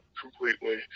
completely